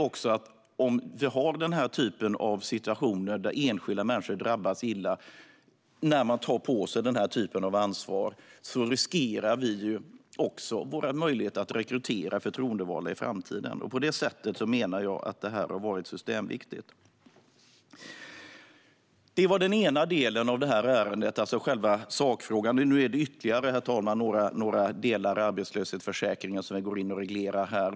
Om vi har denna typ av situationer, där enskilda människor drabbas hårt när de tar på sig denna typ av ansvar, riskerar vi också våra möjligheter att rekrytera förtroendevalda i framtiden. På detta sätt menar jag att detta har varit systemviktigt. Detta var den ena delen av detta ärende, alltså själva sakfrågan. Men det är ytterligare några delar i arbetslöshetsförsäkringen som vi nu går in och reglerar.